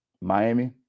Miami